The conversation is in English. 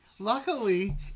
Luckily